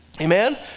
amen